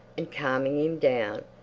and calming him down,